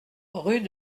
rue